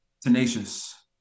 Tenacious